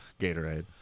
gatorade